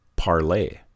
Parlay